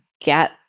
get